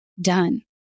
done